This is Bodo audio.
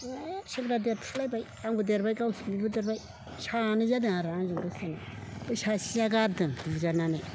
सेंग्रा देरफ्रु लायबाय आंबो देरबाय गाव बिबो देरबाय सानै जादों आरो आंजों गोसोथोनाया बै सासेया गारदों बुजानानै